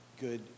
good